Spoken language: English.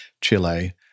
Chile